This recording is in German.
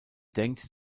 denkt